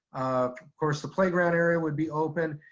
of course the playground area would be open,